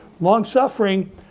Long-suffering